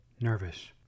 nervous